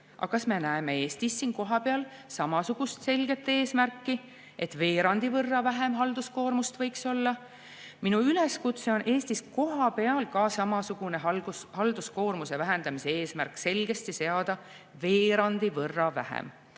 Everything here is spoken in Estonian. Aga kas me näeme siin Eestis kohapeal samasugust selget eesmärki, et veerandi võrra vähem halduskoormust võiks olla? Minu üleskutse on Eestis kohapeal ka samasugune halduskoormuse vähendamise eesmärk selgesti seada: veerandi võrra vähem.